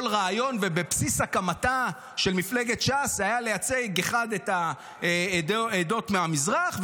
בסיס הקמתה של מפלגת ש"ס היה: 1. לייצג את עדות המזרח,